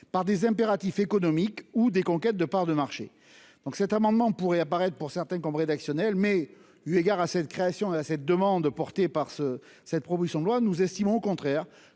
par des impératifs économiques ou des conquêtes de parts de marché donc cet amendement pourrait apparaître pour certains qu'on me rédactionnelle mais eu égard à cette création à là cette demande, portée par ce cette proposition de loi, nous estimons au contraire